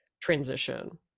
transition